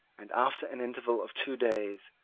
and, after an interval of two days,